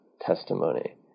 testimony